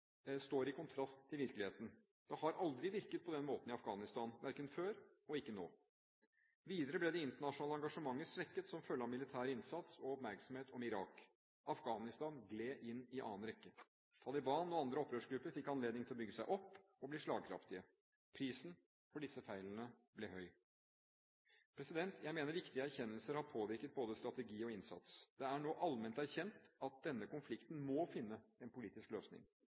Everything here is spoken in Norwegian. står i kontrast til virkeligheten. Det har aldri virket på den måten i Afghanistan, ikke før og ikke nå. Videre ble det internasjonale engasjementet svekket som følge av militær innsats og oppmerksomhet om Irak, Afghanistan gled inn i annen rekke. Taliban og andre opprørsgrupper fikk anledning til å bygge seg opp og bli slagkraftige. Prisen for disse feilene ble høy. Jeg mener viktige erkjennelser har påvirket både strategi og innsats. Det er nå allment erkjent at denne konflikten må finne en politisk løsning.